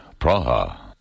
Praha